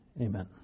Amen